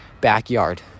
backyard